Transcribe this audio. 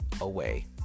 away